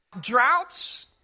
Droughts